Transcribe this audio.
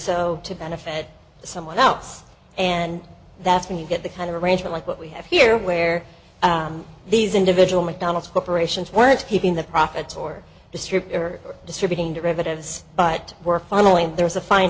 so to benefit someone else and that's when you get the kind of arrangement like what we have here where these individual mcdonald's corporations weren't keeping the profits or the strip or distributing derivatives but were finally and there was a fine